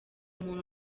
muntu